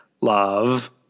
love